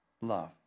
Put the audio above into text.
Love